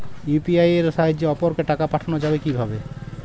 UPI এর সাহায্যে অপরকে টাকা পাঠানো যাবে কিভাবে?